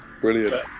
Brilliant